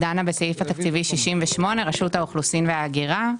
דנה בסעיף התקציבי 68, רשות האוכלוסין וההגירה.